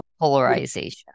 polarization